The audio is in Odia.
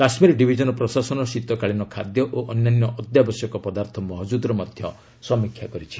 କାଶ୍ମୀର ଡିଭିଜନ ପ୍ରଶାସନ ଶୀତକାଳୀନ ଖାଦ୍ୟ ଓ ଅନ୍ୟାନ୍ୟ ଅତ୍ୟାବଶ୍ୟକ ପଦାର୍ଥ ମହଜୁଦର ସମୀକ୍ଷା କରିଛି